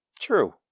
True